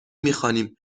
میخوانیم